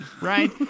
right